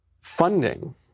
funding